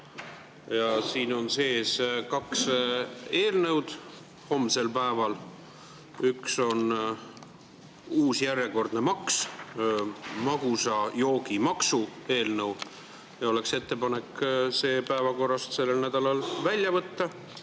Siin on sees kaks eelnõu homsel päeval. Üks on järjekordne uus maks, magusa joogi maksu eelnõu. Oleks ettepanek see päevakorrast sellel nädalal välja võtta.